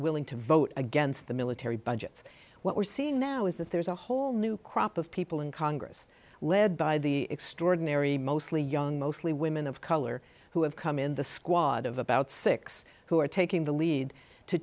willing to vote against the military budgets what we're seeing now is that there's a whole new crop of people in congress led by the extraordinary mostly young mostly women of color who have come in the squad of about six who are taking the lead to